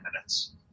minutes